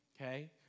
Okay